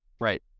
right